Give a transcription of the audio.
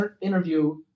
interview